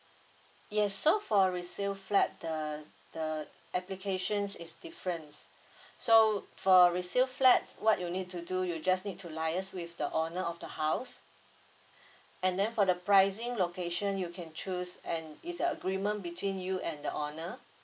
yes so for resale flat the the applications is different so for resale flats what you need to do you just need to liaise with the owner of the house and then for the pricing location you can choose and it's a agreement between you and the owner